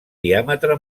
diàmetre